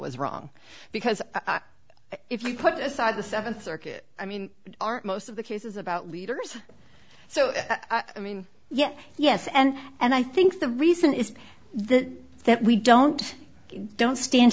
was wrong because if you put aside the seventh circuit i mean aren't most of the cases about leaders so i mean yes yes and and i think the reason is the that we don't don't stand